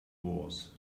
was